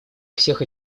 всех